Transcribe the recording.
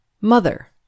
Mother